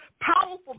Powerful